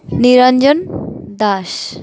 Niranjan Das